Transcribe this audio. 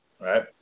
right